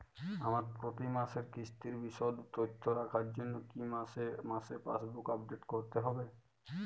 আমার প্রতি মাসের কিস্তির বিশদ তথ্য রাখার জন্য কি মাসে মাসে পাসবুক আপডেট করতে হবে?